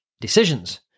decisions